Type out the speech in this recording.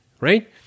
right